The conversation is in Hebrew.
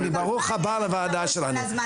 ברוך הבא לוועדה שלנו,